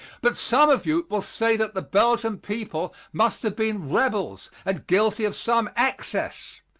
but some of you will say that the belgian people must have been rebels and guilty of some excess,